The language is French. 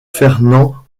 fernand